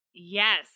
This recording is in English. Yes